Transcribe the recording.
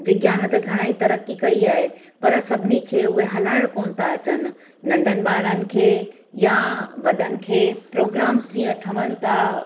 विज्ञान ते घणा ई तरक़ी कई आहे पर सभिनी खे उहे हलाइणु कोन था अचनि नंढनि ॿारनि खे या वॾनि खे प्रोग्राम्स जीअं ठहनि था